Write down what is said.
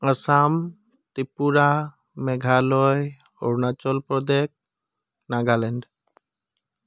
Assam Tripura Meghalaya Arunachal Pradesh Nagaland